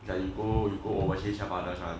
ya you go you go overseas some others ah